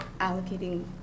allocating